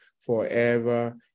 forever